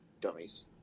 dummies